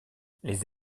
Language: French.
les